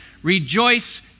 Rejoice